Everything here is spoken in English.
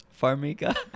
Farmiga